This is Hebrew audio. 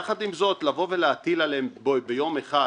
יחד עם זאת, להטיל עליהם ביום אחד